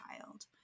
child